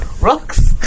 Rocks